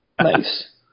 Nice